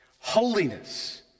holiness